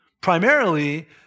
primarily